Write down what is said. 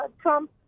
Trump